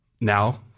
now